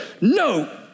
no